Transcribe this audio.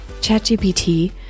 ChatGPT